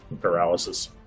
Paralysis